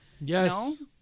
Yes